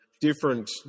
different